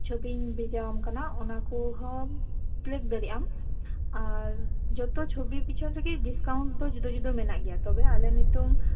ᱪᱷᱳᱵᱤᱧ ᱵᱷᱮᱡᱟᱣᱟᱢ ᱠᱟᱱᱟ ᱚᱱᱟ ᱠᱚᱦᱚᱸᱢ ᱠᱞᱤᱠ ᱫᱟᱲᱮᱭᱟᱜᱼᱟ ᱟᱨ ᱡᱚᱛᱚ ᱪᱷᱳᱵᱤ ᱯᱤᱪᱷᱚᱱ ᱨᱮᱜᱮ ᱰᱤᱥᱠᱟᱣᱩᱸᱴ ᱫᱚ ᱡᱩᱫᱟᱹ ᱡᱩᱫᱟᱹ ᱢᱮᱱᱟᱜ ᱜᱮᱭᱟ ᱛᱚᱵᱮ ᱟᱮᱞ ᱱᱤᱛᱚᱝ